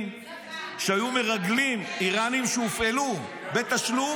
שהיו מרגלים איראנים שהופעלו בתשלום.